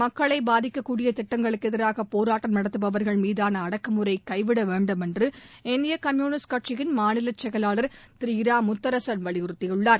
மக்களை பாதிக்கக்கூடிய திட்டங்களுக்கு எதிராக போராட்டம் நடத்துபவர்கள்மீதான அடக்குழறை கைவிட வேண்டும் என்று இந்திய கம்யூளிஸ்ட் கட்சியிள் மாநிலச் செயலாளர் திரு இரா முத்தரசன் வலியுறுத்தியுள்ளார்